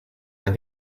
and